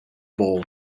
bowl